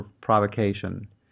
provocation